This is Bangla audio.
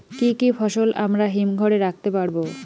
কি কি ফসল আমরা হিমঘর এ রাখতে পারব?